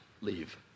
leave